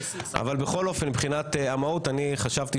אבל בכל אופן, מבחינת המהות אני חשבתי